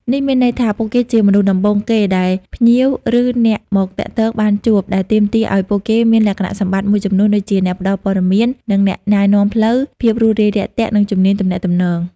នេះមានន័យថា ពួកគេជាមនុស្សដំបូងគេដែលភ្ញៀវ ឬអ្នកមកទាក់ទងបានជួប ដែលទាមទារឲ្យពួកគេមានលក្ខណៈសម្បត្តិមួយចំនួនដូចជា អ្នកផ្ដល់ព័ត៌មាន និងអ្នកណែនាំផ្លូវ ភាពរួសរាយរាក់ទាក់ និងជំនាញទំនាក់ទំនង។